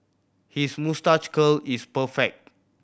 his moustache curl is perfect